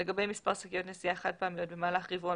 לגבי מספר שקיות נשיאה חד-פעמיות במהלך רבעון